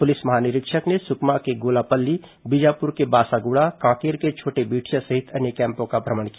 police महानिरीक्षक ने सुकमा के गोलापल्ली बीजापुर के बासागुड़ा कांकेर के छोटेबेठिया सहित अन्य कैम्पों का भ्रमण किया